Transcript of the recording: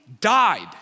died